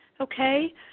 Okay